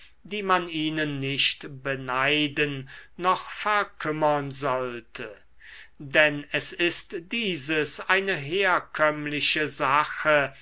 die man ihnen nicht beneiden noch verkümmern sollte denn es ist dieses eine herkömmliche sache